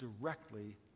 directly